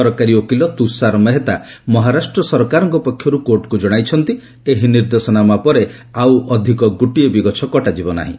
ସରକାରୀ ଓକିଲ ତ୍ରୁଷାର ମେହେତା ମହାରାଷ୍ଟ୍ର ସରକାରଙ୍କ ପକ୍ଷରୁ କୋର୍ଟଙ୍କୁ ଜଣାଇଛନ୍ତି ଏହି ନିର୍ଦ୍ଦେଶନାମା ପରେ ଆଉ ଅଧିକ ଗୋଟିଏ ବି ଗଛ କଟାଯିବ ନାହିଁ